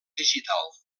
digital